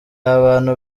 abantu